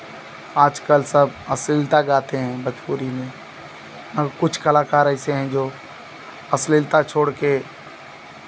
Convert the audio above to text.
आजकल सब अश्लीलता गाते हैं भोजपुरी में पर कुछ कलाकार ऐसे हैं जो अश्लीलता छोड़ के